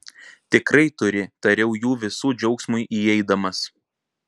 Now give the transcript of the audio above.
tikrai turi tariau jų visų džiaugsmui įeidamas